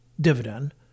dividend